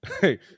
Hey